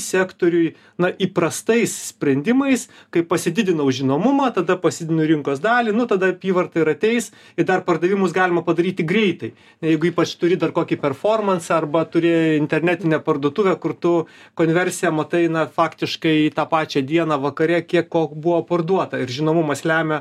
sektoriui na įprastais sprendimais kaip pasididinau žinomumą tada pasididinu rinkos dalį nu tada apyvarta ir ateis ir dar pardavimus galima padaryti greitai jeigu ypač turi dar kokį performansą arba turi internetinę parduotuvę kur tu konversiją matai na faktiškai tą pačią dieną vakare kiek ko buvo parduota ir žinomumas lemia